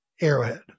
Arrowhead